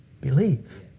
believe